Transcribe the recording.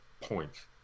points